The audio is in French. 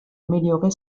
améliorer